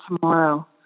tomorrow